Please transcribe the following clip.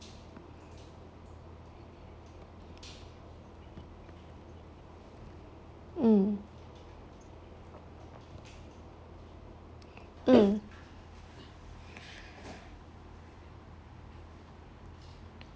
mm